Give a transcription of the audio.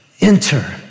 Enter